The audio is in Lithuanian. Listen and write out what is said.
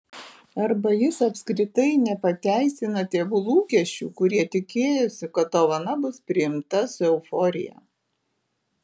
arba jis apskritai nepateisina tėvų lūkesčių kurie tikėjosi kad dovana bus priimta su euforija